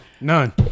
None